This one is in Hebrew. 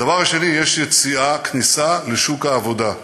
הדבר השני, יש יציאה, כניסה לשוק העבודה.